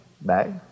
Bag